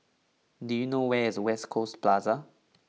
do you know where is West Coast Plaza